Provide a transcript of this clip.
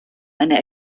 eine